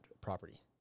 property